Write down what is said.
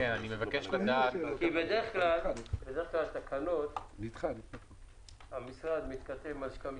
בדרך כלל בתהליך הכנת התקנות המשרד מתכתב עם הלשכה המשפטית,